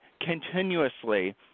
continuously